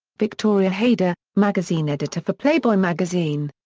victoria haider, magazine editor for playboy magazine.